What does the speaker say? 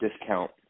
discount